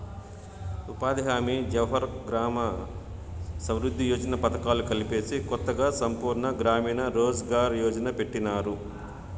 ఉపాధి హామీ జవహర్ గ్రామ సమృద్ది యోజన పథకాలు కలిపేసి కొత్తగా సంపూర్ణ గ్రామీణ రోజ్ ఘార్ యోజన్ని పెట్టినారు